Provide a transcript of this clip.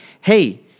Hey